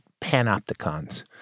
panopticons